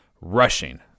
rushing